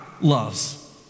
loves